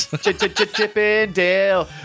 Chippendale